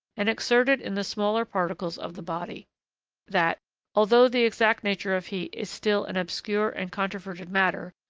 and exerted in the smaller particles of the body that although the exact nature of heat is still an obscure and controverted matter,